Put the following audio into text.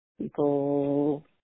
people